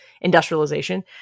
industrialization